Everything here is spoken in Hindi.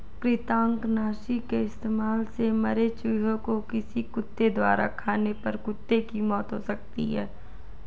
कृतंकनाशी के इस्तेमाल से मरे चूहें को किसी कुत्ते द्वारा खाने पर कुत्ते की मौत हो सकती है